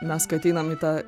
mes kai ateinam į tą